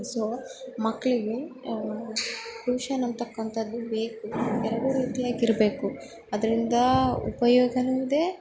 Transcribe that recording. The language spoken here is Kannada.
ಸೊ ಮಕ್ಳಿಗೆ ಟ್ಯೂಷನ್ ಅಂತಕ್ಕಂಥದ್ದು ಬೇಕು ಎರಡೂ ರೀತಿ ಆಗಿರಬೇಕು ಅದರಿಂದ ಉಪಯೋಗವೂ ಇದೆ